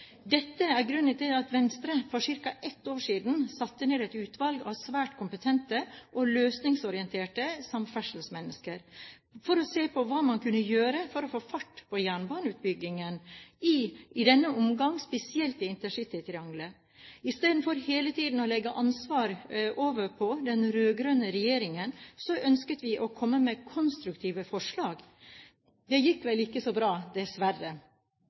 Dette er grunnen til at Venstre for ca. ett år siden satte ned et utvalg av svært kompetente og løsningsorienterte samferdselsmennesker for å se på hva man kunne gjøre for å få fart på jernbaneutbyggingen, i denne omgangen spesielt i intercitytriangelet. I stedet for hele tiden å legge ansvaret over på den rød-grønne regjeringen, ønsket vi å komme med konstruktive forslag. Det gikk vel ikke så bra, dessverre.